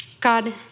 God